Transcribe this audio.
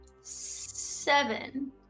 Seven